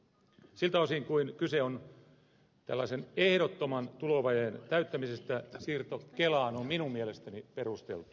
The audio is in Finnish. siltä osin kuin kyse on tällaisen ehdottoman tulovajeen täyttämisestä siirto kelaan on minun mielestäni perusteltu